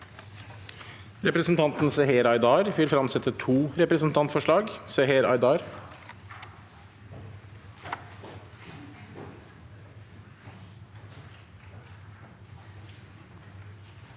Representanten Seher Ay- dar vil fremsette to representantforslag.